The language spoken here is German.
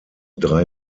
drei